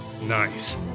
Nice